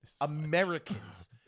Americans